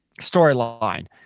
storyline